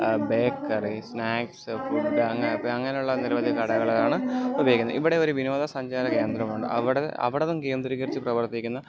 bakery snacks food അങ്ങനത്തെ അങ്ങനുള്ള നിരവധി കടകളാണ് ഉപയോഗിക്കുന്നത് ഇവിടെ ഒരു വിനോദ സഞ്ചാര കേന്ദ്രമുണ്ട് അവിടെ അവിടെ അതും കേന്ദ്രീകരിച്ച് പ്രവർത്തിക്കുന്ന